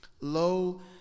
Lo